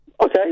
Okay